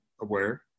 aware